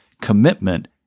commitment